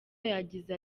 yagize